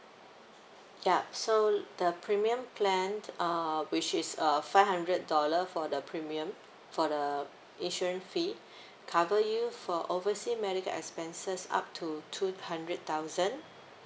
ya so the premium plan uh which is a five hundred dollar for the premium for the insurance fee cover you for overseas medical expenses up to two hundred thousand